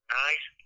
nice